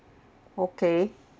okay